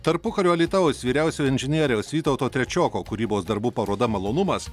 tarpukario alytaus vyriausiojo inžinieriaus vytauto trečioko kūrybos darbų paroda malonumas